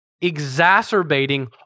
exacerbating